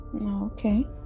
Okay